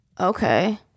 Okay